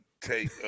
take